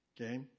okay